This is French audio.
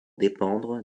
dépendre